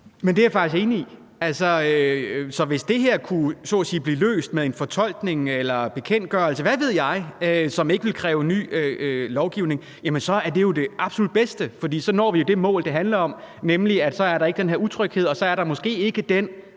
Men det er jeg faktisk enig i, så hvis det her så at sige kunne blive løst med en fortolkning eller bekendtgørelse, hvad ved jeg, som ikke ville kræve ny lovgivning, er det jo det absolut bedste, for så når vi det mål, det handler om, nemlig at der ikke er den her utryghed, og så er der måske ikke den